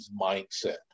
mindset